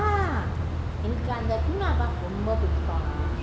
ah என்ன அந்த:enna antha the tuna puff ரொம்ப பிடிக்கும்:romba pidikum lah